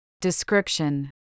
Description